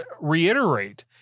reiterate